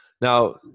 Now